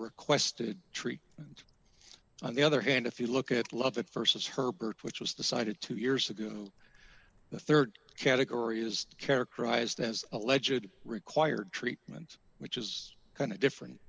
requested tree and on the other hand if you look at love at st as herbert which was the cited two years ago and the rd category is characterized as a legit required treatment which is kind of different